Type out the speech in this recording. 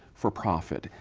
for profit.